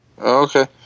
Okay